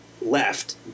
left